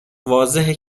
واضحه